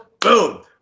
Boom